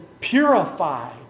purified